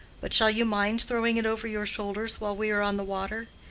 but shall you mind throwing it over your shoulders while we are on the water?